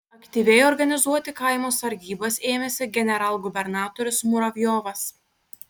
aktyviai organizuoti kaimo sargybas ėmėsi generalgubernatorius muravjovas